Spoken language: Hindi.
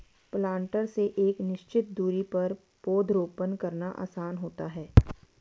प्लांटर से एक निश्चित दुरी पर पौधरोपण करना आसान होता है